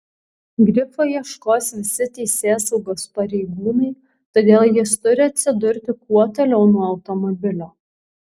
grifo ieškos visi teisėsaugos pareigūnai todėl jis turi atsidurti kuo toliau nuo automobilio